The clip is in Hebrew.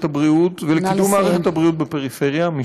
הבריאות ולקידום מערכת הבריאות בפריפריה.